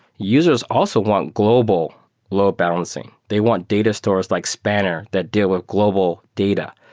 users also want global load balancing. they want data stores like spanner that deal with global data.